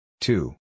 Two